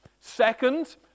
Second